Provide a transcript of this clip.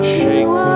shake